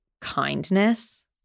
kindness